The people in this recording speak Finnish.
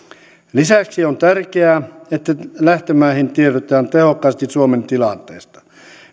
lisäksi on tärkeää että lähtömaihin tiedotetaan tehokkaasti suomen tilanteesta